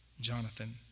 Jonathan